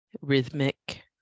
rhythmic